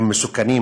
מסוכנים,